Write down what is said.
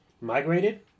migrated